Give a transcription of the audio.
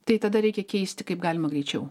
tai tada reikia keisti kaip galima greičiau